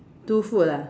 two food ah